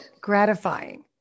gratifying